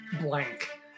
blank